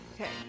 Okay